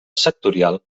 sectorial